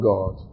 God